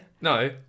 No